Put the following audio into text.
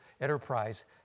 enterprise